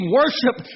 worship